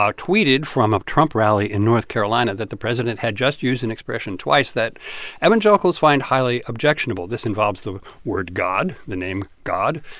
um tweeted from a trump rally in north carolina that the president had just used an expression twice that evangelicals find highly objectionable this involves the word god, the name god,